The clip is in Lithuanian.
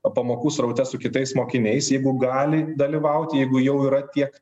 pamokų sraute su kitais mokiniais jeigu gali dalyvauti jeigu jau yra tiek